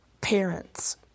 parents